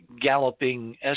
galloping